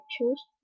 choose